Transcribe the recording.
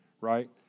right